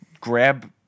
grab